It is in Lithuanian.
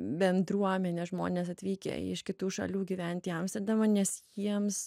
bendruomenė žmonės atvykę iš kitų šalių gyventi į amsterdamą nes jiems